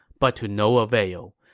but to no avail.